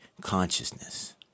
consciousness